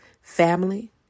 Family